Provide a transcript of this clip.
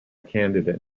candidate